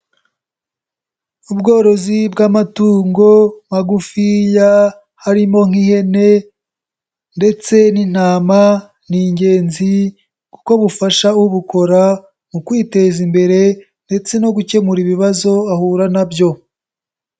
Ubworozi bw'amatungo magufiya harimo nk'ihene ndetse n'intama ni ingenzi kuko bufasha ubukora mu kwiteza imbere ndetse no gukemura ibibazo ahura nabyo.